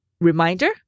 reminder